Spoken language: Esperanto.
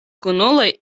kunuloj